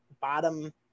bottom